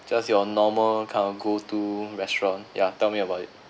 just your normal kind of go to restaurant yeah tell me about it